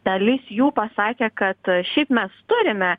dalis jų pasakė kad šiaip mes turime